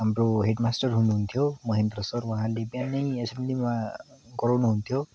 हाम्रो हेडमास्टर हुनुहुन्थ्यो महेन्द्र सर उहाँले बिहानै एसेम्बिलीमा गराउनुहुन्थ्यो